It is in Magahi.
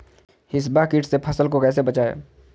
हिसबा किट से फसल को कैसे बचाए?